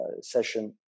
session